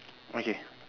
okay